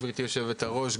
גברתי יושבת הראש,